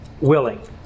willing